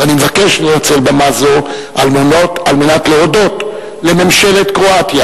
ואני מבקש לנצל במה זו על מנת להודות לממשלת קרואטיה,